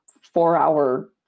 four-hour